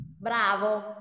Bravo